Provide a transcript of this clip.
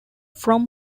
from